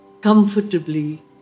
comfortably